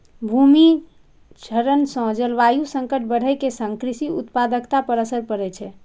भूमि क्षरण सं जलवायु संकट बढ़ै के संग कृषि उत्पादकता पर असर पड़ै छै